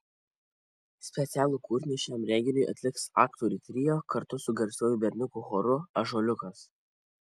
specialų kūrinį šiam renginiui atliks aktorių trio kartu su garsiuoju berniukų choru ąžuoliukas